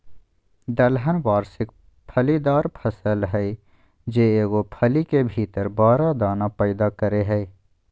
दलहन वार्षिक फलीदार फसल हइ जे एगो फली के भीतर बारह दाना पैदा करेय हइ